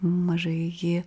mažai jį